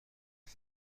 است